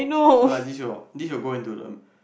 so this will this will go into the